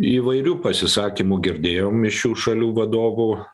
įvairių pasisakymų girdėjom iš šių šalių vadovų